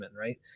right